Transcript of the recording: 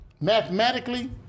mathematically